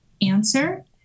answer